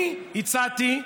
אני הצעתי,